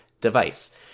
device